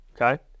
okay